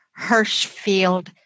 Hirschfield